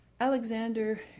Alexander